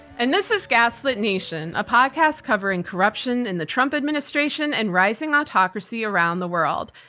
and this is gaslit nation, a podcast covering corruption in the trump administration and rising autocracy around the world.